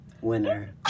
Winner